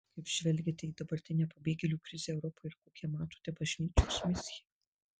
kaip žvelgiate į dabartinę pabėgėlių krizę europoje ir kokią matote bažnyčios misiją